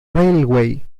railway